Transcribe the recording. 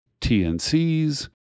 TNCs